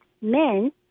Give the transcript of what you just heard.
men